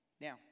Now